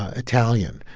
ah italian,